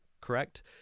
correct